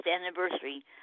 anniversary